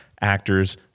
actors